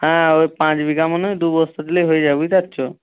হ্যাঁ ওই পাঁচ বিঘা মানে দু বস্তা দিলে হয়ে যাবে বুঝতে পারছো